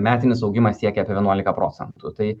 metinis augimas siekia apie vienuolika procentų tai